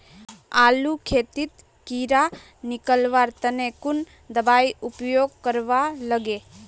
आलूर खेतीत कीड़ा निकलवार तने कुन दबाई उपयोग करवा लगे?